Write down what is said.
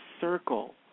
circle